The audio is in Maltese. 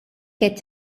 qed